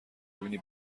ببینی